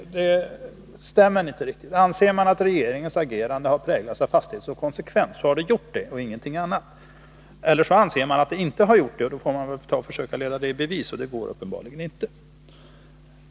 Det här stämmer inte riktigt. Antingen anser man att regeringens agerande har präglats av fasthet och konsekvens, och då har det gjort det och ingenting annat. Eller också anser man att det inte har präglats av fasthet och konsekvens, och då får man väl försöka leda det i bevis. Och det går uppenbarligen inte.